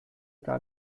gar